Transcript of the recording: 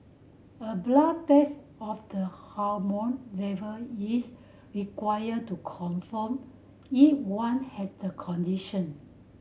a blood test of the hormone level is required to confirm if one has the condition